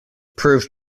proved